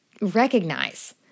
recognize